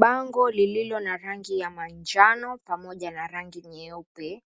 Bango lililo na rangi ya manjano pamoja na rangi nyeupe